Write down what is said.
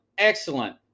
Excellent